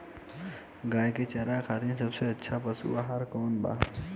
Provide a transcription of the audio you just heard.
गाय के चारा खातिर सबसे अच्छा पशु आहार कौन बा?